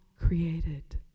created